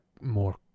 more